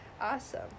Awesome